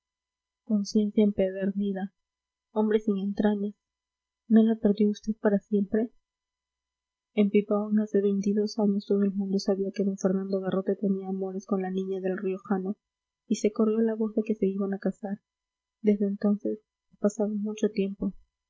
conciencia empedernida hombre sin entrañas no la perdió vd para siempre en pipaón hace veintidós años todo el mundo sabía que d fernando garrote tenía amores con la niña del riojano y se corrió la voz de que se iban a casar desde entonces ha pasado mucho tiempo